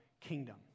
kingdom